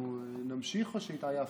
נמשיך או שהתעייפת?